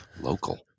Local